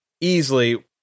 Easily